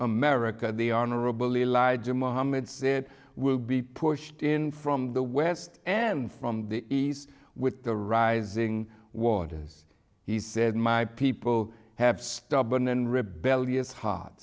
america the honorable elijah muhammad said will be pushed in from the west and from the east with the rising waters he said my people have stubborn and rebellious h